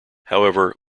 however